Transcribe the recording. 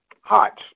hot